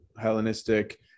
Hellenistic